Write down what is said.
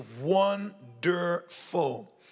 wonderful